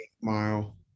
Mile